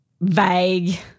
vague